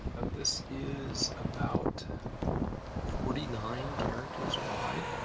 this is about forty nine characters wide,